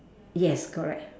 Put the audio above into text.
yes correct